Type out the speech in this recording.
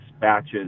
batches